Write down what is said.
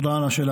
תודה על השאלה.